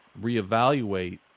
reevaluate